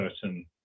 certain